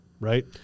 Right